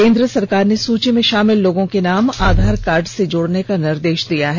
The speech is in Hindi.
केन्द्र सरकार ने सूची में षमिल लोगों के नाम आधार कार्ड से जोड़ने का निर्देष दिया है